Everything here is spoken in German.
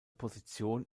position